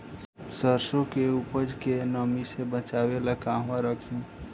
सरसों के उपज के नमी से बचावे ला कहवा रखी?